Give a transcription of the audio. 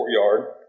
courtyard